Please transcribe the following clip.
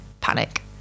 panic